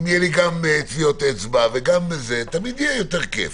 אם יהיו לי גם טביעות אצבע וגם זה, יהיה יותר כיף,